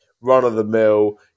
run-of-the-mill